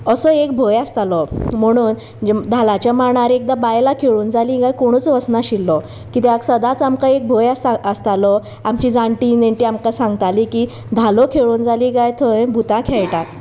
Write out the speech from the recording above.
असो एक भंय आसतालो म्हणून धालाच्या मांडार एकदां बायलां खेळून जाली काय कोणूच वचनाशिल्लो कित्याक सदांच आमकां एक भंय आस आसतालो आमची जाण्टी नेण्टी आमकां सांगताली की धालो खेळून जाली काय थंय भुतां खेळटात